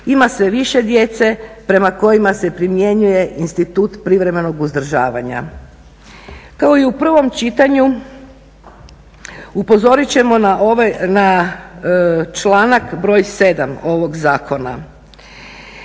ima sve više djece prema kojima se primjenjuje institut privremenog uzdržavanja. Kao i u prvom čitanju upozorit ćemo na članak broj 7. ovog zakona.